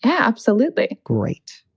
absolutely. great